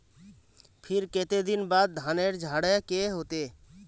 फिर केते दिन बाद धानेर झाड़े के होते?